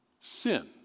sin